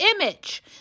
image